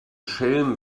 schelm